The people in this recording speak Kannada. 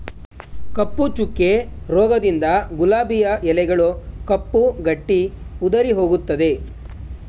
ಕಪ್ಪು ಚುಕ್ಕೆ ರೋಗದಿಂದ ಗುಲಾಬಿಯ ಎಲೆಗಳು ಕಪ್ಪು ಗಟ್ಟಿ ಉದುರಿಹೋಗುತ್ತದೆ